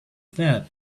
that